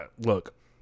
look